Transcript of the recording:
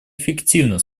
эффективно